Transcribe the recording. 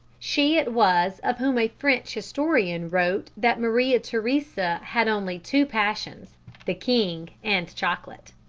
she it was of whom a french historian wrote that maria theresa had only two passions the king and chocolate.